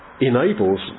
enables